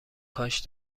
کاش